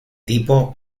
tipo